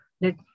Let